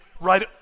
right